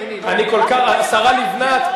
עם הזמן, השרה לבנת,